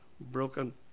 broken